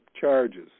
charges